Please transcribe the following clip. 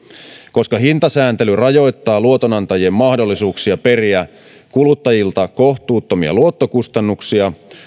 koska hintasääntely rajoittaa luotonantajien mahdollisuuksia periä kuluttajilta kohtuuttomia luottokustannuksia